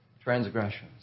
transgressions